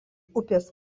upės